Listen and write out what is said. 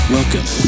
Welcome